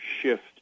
shift